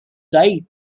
site